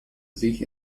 sich